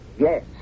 yes